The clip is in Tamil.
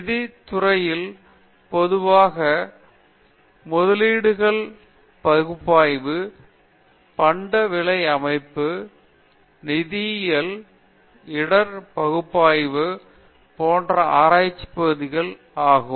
நிதி துறையில் பொதுவாக முதலீட்டு பகுப்பாய்வு பண்ட விலை அமைப்பு நிதியியல் இடர் பகுப்பாய்வு போன்றவை ஆராய்ச்சி பகுதியாகும்